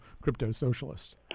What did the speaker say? crypto-socialist